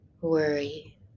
worry